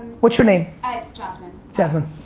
what's your name? ah, it's jasmine. jasmine.